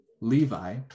Levi